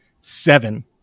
seven